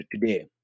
today